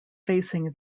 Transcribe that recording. facing